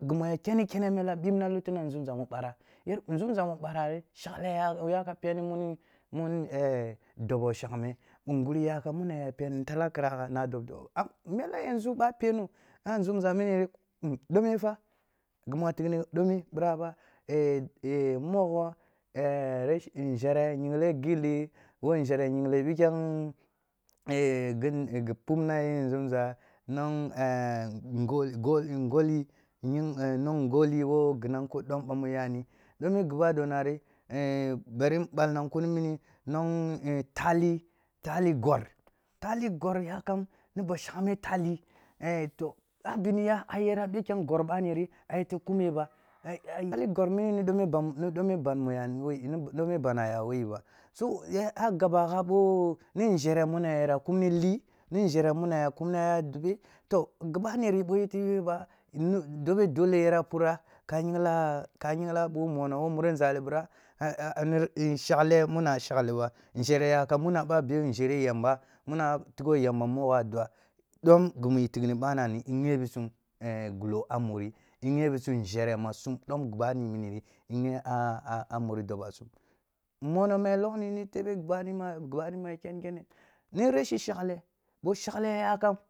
gimu ya kenni kene mele bibna lutuna nzumza mu bara nzumza mu bara ri, shagh yan yakam peni munni mun e e dobo shemgme, nguri yagham muna ya peni ni talar kir agha na dob dobo mu shangme a mono fa yanzu ba peno a nzumza mini ri, dome fa, gmen tighni domi bira ba e e mogho nzhere yongle gilli wo nzhere yingle bikyank e e gi pubna ye nzumza nong e e ngo-ngo ngoli nong ngoli wo ginangko bamuyani dome gimado nari e e bari nbal nakim muni nong tali, tali gor tali gor yak am ni bashing me tali, e toh a biniya a yerra bikyang gor bani ri ayette kume ba e e ye gor mini ni niboe ban, ni dome ban, ma y ani wo yi ba, so a cegaba gha bo ninzhere y agha muna yakunma li ni nzhere muna ya kunma dobe, to giha rib o yete yoe ba, nu dobe dole yara purra ka yingla, ka ying la bugh mono wo muri nzali bira a a ee nshagle mura a shagli ba nzhere yak am munna ba boe nzhere yam ba, ba tigho yamba ogho a dua dom gimu tighni bana mi ighebi sum gulo a muri ngvebisum nzhere ma sum dom gibani mini ri mi a a muri dibasum mona mu a loghni ni tebe gibodo, e gibai mu ya kenikene ni reshi shagle, bo shagle yakam.